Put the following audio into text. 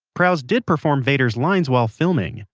prowse did perform vader's lines while filming,